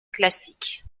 classic